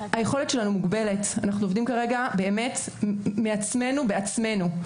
היכולת שלנו מוגבלת, אנחנו עובדים מעצמנו בעצמנו.